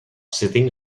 sitting